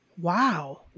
wow